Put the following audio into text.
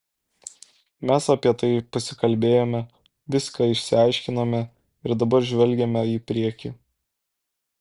mes apie tai pasikalbėjome viską išsiaiškinome ir dabar žvelgiame į priekį